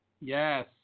Yes